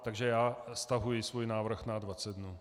Takže já stahuji svůj návrh na dvacet dnů.